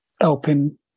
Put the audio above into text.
helping